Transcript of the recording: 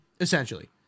essentially